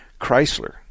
Chrysler